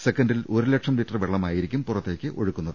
സെക്കന്റിൽ ഒരു ലക്ഷം ലിറ്റർ വെള്ളമായിരിക്കും പൂറത്തേക്ക് ഒഴുക്കുന്നത്